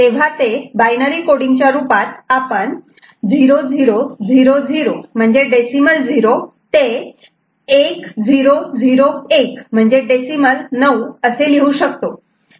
तेव्हा ते binary coding च्या रूपात आपण 0000 म्हणजे डेसिमल 0 ते 1 0 0 1 म्हणजे डेसिमल 9 असे लिहू शकतो